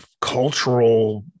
cultural